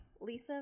lisa